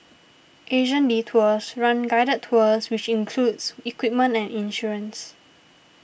Asian Detours runs guided tours which includes equipment and insurance